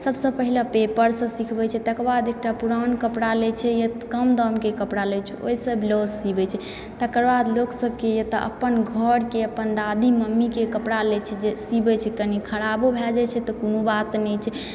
सभसँ पहिले पेपरसँ सिखबैत छै तकर बाद एकटा पुरान कपड़ा लैत छै कम दामके कपड़ा लैत छै ओहिसँ ब्लाउज सिबैत छै तकर बाद लोकसभके एतय अपन घरके अपन दादी मम्मीके कपड़ा लैत छै जे सिबैत छै कनी खराबो भए जाइत छै तऽ कोनो बात नहि छै